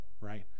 right